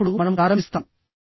అప్పుడు మనము ప్రారంభిస్తాము